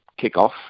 kickoff